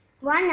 One